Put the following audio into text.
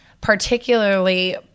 particularly